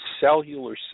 cellular